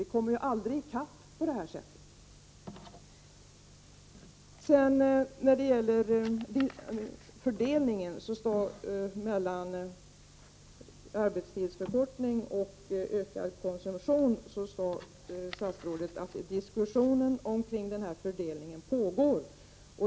Vi kommer aldrig ikapp på det här viset. När det gäller fördelningen mellan arbetstidsförkortning och ökad konsumtion sade statsrådet att diskussionen om fördelningen pågår.